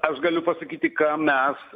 aš galiu pasakyti ką mes